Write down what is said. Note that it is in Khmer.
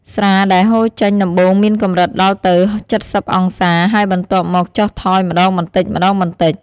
ស្រាដែលហូរចេញដំបូងមានកម្រិតដល់ទៅ៧០អង្សា ហើយបន្ទាប់មកចុះថយម្តងបន្តិចៗ។